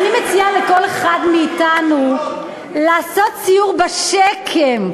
אני מציעה לכל אחד מאתנו לעשות סיור בשק"ם,